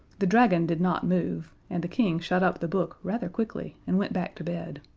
the dragon did not move, and the king shut up the book rather quickly and went back to bed.